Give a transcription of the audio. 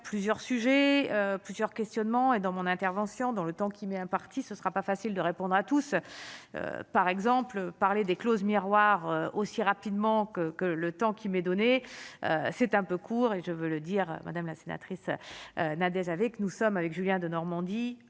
plusieurs sujets plusieurs questionnements et dans mon intervention dans le temps qui m'est imparti, ce ne sera pas facile de répondre à tous par exemple parler des clauses miroir aussi rapidement que que le temps qui m'est donnée, c'est un peu court et je veux le dire madame la sénatrice Nadège avec nous sommes avec Julien Denormandie,